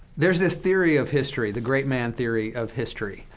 there's this theory of history, the great man theory of history,